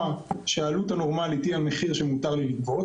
שהעלות הנורמלית היא המחיר שמותר לי לגבות,